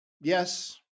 Yes